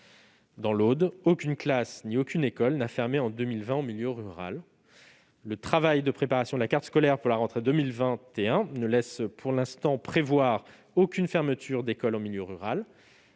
Dans l'Aude, aucune classe ni aucune école n'a fermé en 2020 en milieu rural. Le travail de préparation de la carte scolaire pour la rentrée 2021 ne laisse pour l'instant prévoir aucune fermeture d'école en milieu rural